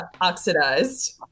Oxidized